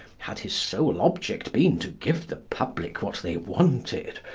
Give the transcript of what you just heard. had his sole object been to give the public what they wanted,